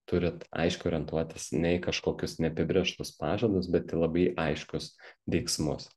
turit aiškiai orientuotis ne į kažkokius neapibrėžtus pažadus bet į labai aiškius veiksmus